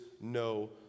no